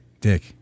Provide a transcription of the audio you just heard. dick